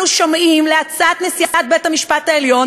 אנחנו שומעים להצעת נשיאת בית-המשפט העליון